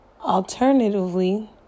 alternatively